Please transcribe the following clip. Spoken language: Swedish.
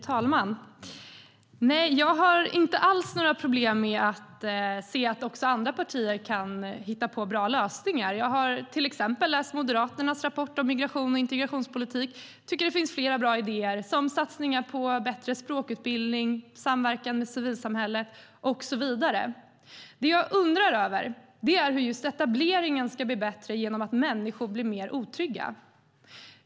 Fru talman! Jag har inte alls några problem med att se att också andra partier kan hitta på bra lösningar. Jag har till exempel läst Moderaternas rapport om migrations och integrationspolitik. Jag tycker att det finns flera bra idéer där, som satsningar på bättre språkutbildning, samverkan med civilsamhället och så vidare. Det jag undrar är hur just etableringen ska bli bättre genom att människor blir mer otrygga.